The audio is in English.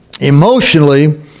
emotionally